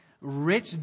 rich